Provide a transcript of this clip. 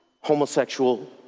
homosexual